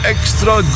Extra